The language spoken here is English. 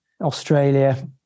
Australia